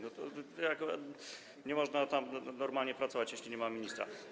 Nie można tam normalnie pracować, jeśli nie ma ministra.